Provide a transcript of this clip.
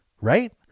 right